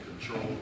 control